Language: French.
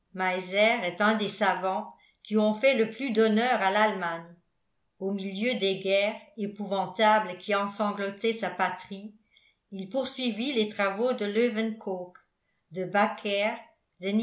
est un des savants qui ont fait le plus d'honneur à l'allemagne au milieu des guerres épouvantables qui ensanglantaient sa patrie il poursuivit les travaux de leeuwenkoeck de baker